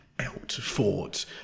outfought